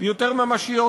יותר ממשיות,